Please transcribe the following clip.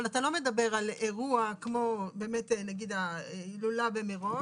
אבל אתה לא מדבר על אירוע כמו באמת נגיד ההילולה במירון,